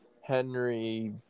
Henry